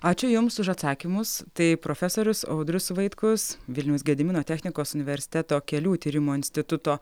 ačiū jums už atsakymus tai profesorius audrius vaitkus vilniaus gedimino technikos universiteto kelių tyrimo instituto